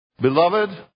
Beloved